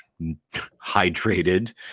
hydrated